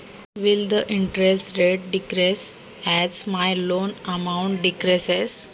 माझी कर्ज रक्कम जशी कमी होईल तसे व्याज कमी होणार का?